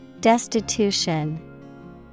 Destitution